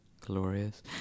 Glorious